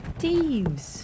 thieves